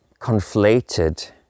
conflated